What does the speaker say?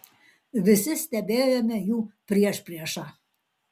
visi stebėjome jų priešpriešą